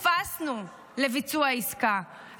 לביצוע עסקה שפספסנו.